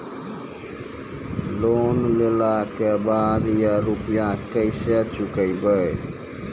Loan लेला के बाद या रुपिया केसे चुकायाबो?